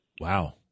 Wow